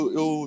eu